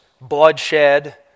bloodshed